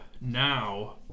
now